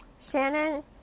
Shannon